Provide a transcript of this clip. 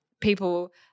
people